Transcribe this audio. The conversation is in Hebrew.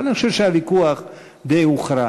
אבל אני חושב שהוויכוח די הוכרע.